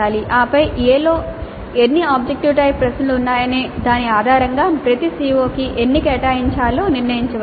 ఆపై A లో ఎన్ని ఆబ్జెక్టివ్ టైప్ ప్రశ్నలు ఉన్నాయనే దాని ఆధారంగా ప్రతి CO కి ఎన్ని కేటాయించాలో నిర్ణయించవచ్చు